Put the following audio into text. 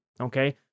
Okay